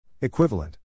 Equivalent